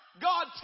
God